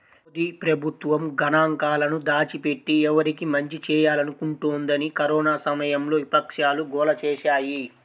మోదీ ప్రభుత్వం గణాంకాలను దాచిపెట్టి, ఎవరికి మంచి చేయాలనుకుంటోందని కరోనా సమయంలో విపక్షాలు గోల చేశాయి